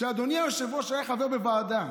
כשאדוני היושב-ראש היה חבר בוועדה.